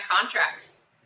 contracts